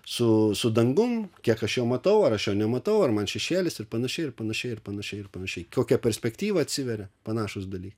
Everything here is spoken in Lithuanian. su su dangum kiek aš jau matau ar aš nematau ar man šešėlis ir panašiai ir panašiai ir panašiai ir panašiai kokia perspektyva atsiveria panašūs dalykai